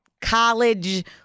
college